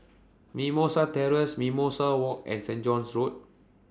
Mimosa Terrace Mimosa Walk and Saint John's Road